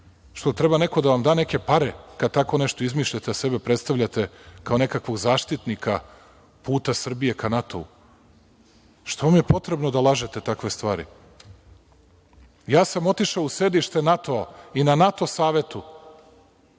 Jel treba neko da vam da neke pare kada tako nešto izmišljate, a sebe predstavljate kao nekakvog zaštitnika puta Srbije ka NATO-u? Što vam je potrebno da lažete takve stvari? Otišao sam u sedište NATO-a i na NATO savetu